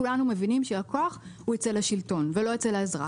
כולנו מבינים שהכוח אצל השלטון ולא אצל האזרח.